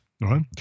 right